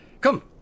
Come